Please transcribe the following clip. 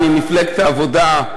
ממפלגת העבודה.